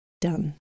done